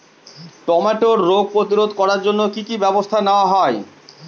টমেটোর রোগ প্রতিরোধে জন্য কি কী ব্যবস্থা নেওয়া হয়?